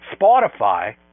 Spotify